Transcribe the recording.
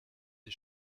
des